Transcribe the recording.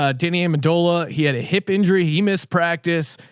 ah danny amendola. he had a hip injury. he missed practice.